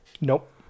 Nope